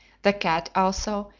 the cat, also,